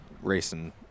racing